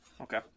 Okay